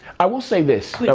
i will say this. yeah